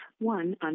one